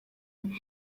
iki